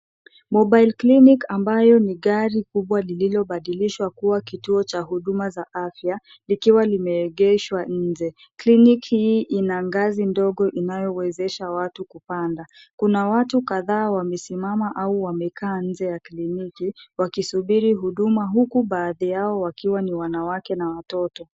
{cs] Mobile clinic ambayo ni gari kubwa liliobadilishwa kuwa kituo cha huduma za afya likiwa limeegeshwa nje. Kliniki hii ina ngazi ndogo inayowezesha watu kupanda. Kuna watu kadhaa wamesimama au wamekaa nje ya kliniki wakisubiri huduma huku baadhi yao wakiwa ni wanawake na watoto.